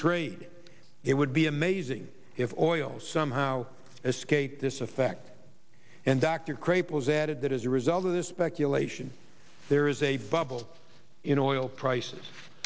treat it would be amazing if oil somehow escaped this effect and dr craig was added that as a result of this speculation there is a bubble in oil prices